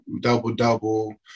double-double